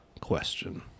question